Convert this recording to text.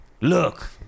look